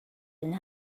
and